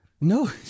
No